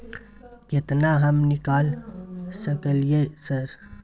केतना हम निकाल सकलियै सर?